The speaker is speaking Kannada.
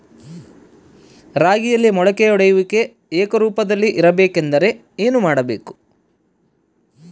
ರಾಗಿಯಲ್ಲಿ ಮೊಳಕೆ ಒಡೆಯುವಿಕೆ ಏಕರೂಪದಲ್ಲಿ ಇರಬೇಕೆಂದರೆ ಏನು ಮಾಡಬೇಕು?